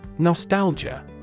Nostalgia